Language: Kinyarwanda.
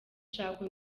shaka